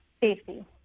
safety